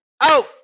Out